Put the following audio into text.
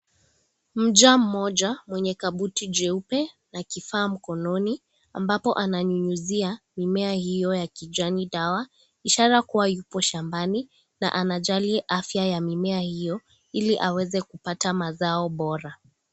Mja mmoja mwenye kabuti jeupe na kifaa mkononi ambapo ananyunyuzia mmea hio ya kijani dawa ishara kuwa iko shambani na anajali afya ya mimea hiyo ili aweze kupata mazao bora.